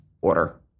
order